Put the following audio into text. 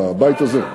בבית הזה,